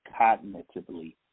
cognitively